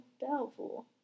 Doubtful